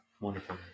Wonderful